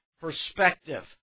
perspective